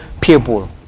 people